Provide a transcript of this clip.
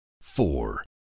four